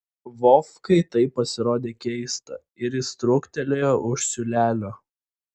vovkai tai pasirodė keista ir jis trūktelėjo už siūlelio